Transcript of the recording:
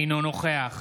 אינו נוכח